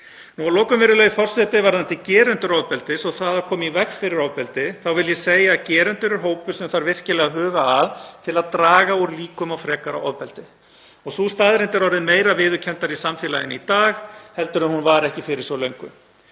verið. Virðulegi forseti. Varðandi gerendur ofbeldis og það að koma í veg fyrir ofbeldi þá vil ég segja að gerendur eru hópur sem þarf virkilega að huga að til að draga úr líkum á frekara ofbeldi. Sú staðreynd er orðin viðurkenndari í samfélaginu í dag en hún var ekki fyrir svo löngu.